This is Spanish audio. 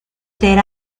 ser